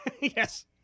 Yes